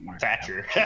Thatcher